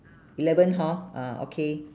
eleven hor ah okay